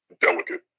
delicate